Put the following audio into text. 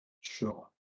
Sure